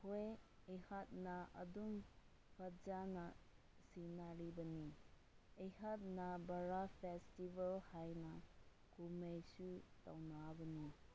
ꯍꯣꯏ ꯑꯩꯍꯥꯛꯅ ꯑꯗꯨꯝ ꯐꯖꯅ ꯁꯦꯟꯅꯔꯤꯕꯅꯤ ꯑꯩꯍꯥꯛꯅ ꯕꯔꯥꯛ ꯐꯦꯁꯇꯤꯕꯦꯜ ꯍꯥꯏꯅ ꯀꯨꯝꯃꯩꯁꯨ ꯇꯧꯅꯕꯅꯤ